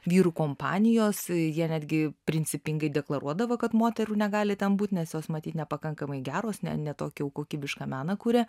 vyrų kompanijos jie netgi principingai deklaruodavo kad moterų negali ten būt nes jos matyt nepakankamai geros nene tokį jau kokybišką meną kuria